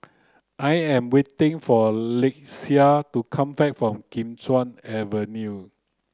I am waiting for Lakeshia to come back from Kim Chuan Avenue